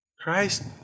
Christ